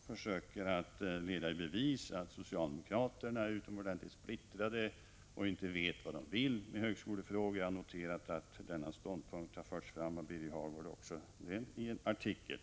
försökte leda i bevis att socialdemokraterna är utomordentligt splittrade och inte vet vad de vill i högskolefrågor. Denna ståndpunkt har han också framfört i en artikel.